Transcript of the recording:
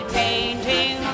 painting